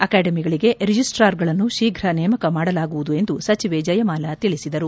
ಅಕಾಡೆಮಿಗಳಿಗೆ ರಿಜಿಸ್ವಾರ್ಗಳನ್ನು ಶೀಘ್ರ ನೇಮಕ ಮಾಡಲಾಗುವುದೆಂದು ಸಚಿವೆ ಜಯಮಾಲ ತಿಳಿಸಿದರು